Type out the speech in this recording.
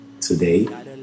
Today